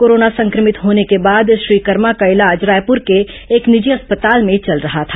corona संक्रमित होने के बाद श्री कर्मा का इलाज रायपुर के एक निजी अस्पताल में चल रहा था